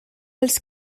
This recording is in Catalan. els